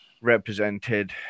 represented